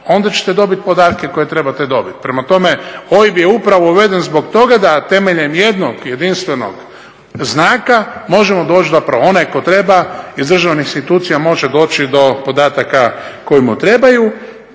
onda ćete dobiti podatke koje trebate dobiti. Prema tome, OIB je upravo uveden zbog toga da temeljem jednog jedinstvenog znaka možemo doći, zapravo onaj tko treba iz državnih institucija može doći do podataka koji mu trebaju.